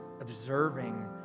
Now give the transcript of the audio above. observing